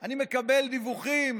אני מקבל דיווחים